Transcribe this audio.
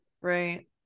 right